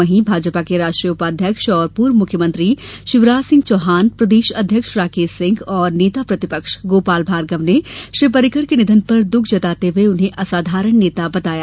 वहीं भाजपा के राष्ट्रीय उपाध्यक्ष और पूर्व मुख्यमंत्री शिवराजसिंह चौहान प्रदेश अध्यक्ष राकेश सिंह और नेता प्रतिपक्ष गोपाल भार्गव ने श्री पर्रिकर के निधन पर दुख जताते हुए उन्हें असाधारण नेता बताया